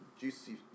juicy